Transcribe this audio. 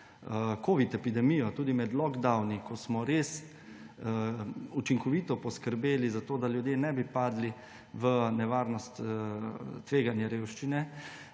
covida, tudi med lockdowni, ko smo res učinkovito poskrbeli za to, da ljudje ne bi padli v nevarnost tveganja revščine,